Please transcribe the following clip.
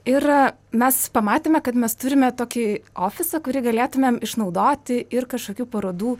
ir mes pamatėme kad mes turime tokį ofisą kurį galėtumėm išnaudoti ir kažkokių parodų